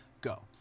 Go